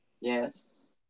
Yes